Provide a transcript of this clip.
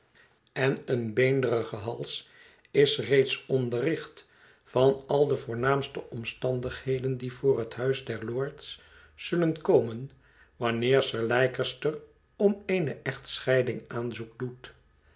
en een beenderigen hals is reeds onderricht van al de voornaamste omstandigheden die voor het huis der lords zullen komen wanneer sir leicester om eene echtscheiding aanzoek doet